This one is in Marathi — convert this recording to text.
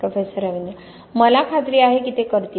प्रोफेसर रवींद्र मला खात्री आहे की ते करतील